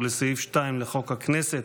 ולסעיף 2 לחוק הכנסת,